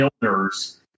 builders